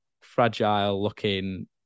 fragile-looking